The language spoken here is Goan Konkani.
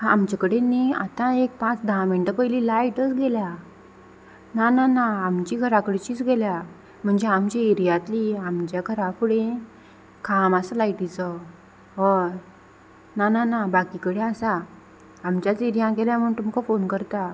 हा आमचे कडेन न्ही आतां एक पांच धा मिनटां पयली लायट गेल्या ना ना ना आमची घरा कडचीच गेल्या म्हणजे आमची एरियांतली आमच्या घरा फुडे खीम आसा लायटीचो हय ना ना ना बाकी कडेन आसा आमच्याच एरियां गेल्या म्हूण तुमकां फोन करता